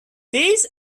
these